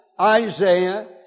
Isaiah